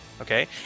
Okay